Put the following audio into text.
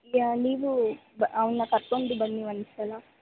ನೀವು ಬ ಅವನ್ನ ಕರ್ಕೊಂಡು ಬನ್ನಿ ಒಂದು ಸಲ